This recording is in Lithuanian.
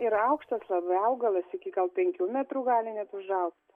ir aukštas labai augalas iki gal penkių metrų gali net užaugt